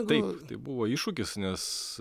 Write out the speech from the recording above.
taip tai buvo iššūkis nes